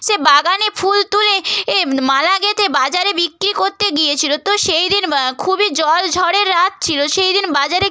সে বাগানে ফুল তুলে এ মালা গেঁথে বাজারে বিক্রি করতে গিয়েছিল তো সেই দিন খুবই জল ঝড়ের রাত ছিল সেই দিন বাজারে